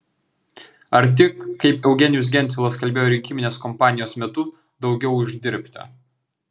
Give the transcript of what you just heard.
ar tik kaip eugenijus gentvilas kalbėjo rinkiminės kompanijos metu daugiau uždirbti